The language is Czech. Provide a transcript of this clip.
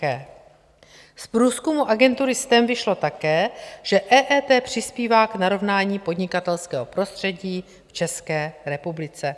Z průzkumu agentury STEM vyšlo také, že EET přispívá k narovnání podnikatelského prostředí v České republice.